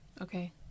Okay